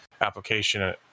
application